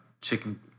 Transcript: chicken